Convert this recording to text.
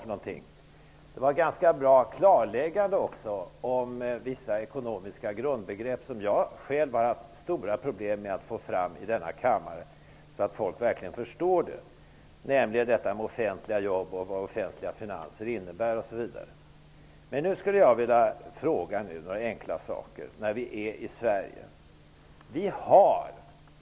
Det var också ett ganska bra klarläggande om vissa ekonomiska grundbegrepp som jag själv har haft stora problem med att få fram i denna kammaren så att folk verkligen förstår, nämligen vad offentliga jobb och offentliga finanser innebär osv. Jag vill nu fråga om några enkla saker när vi är i Sverige.